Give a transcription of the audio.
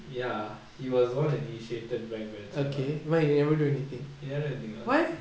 ya he was the one that initiated black wheelchair [what] he never do anything